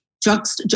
drugs